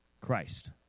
Christ